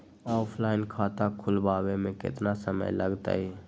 Offline खाता खुलबाबे में केतना समय लगतई?